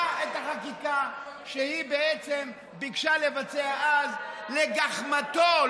את החקיקה שהיא בעצם ביקשה לבצע אז לגחמתו,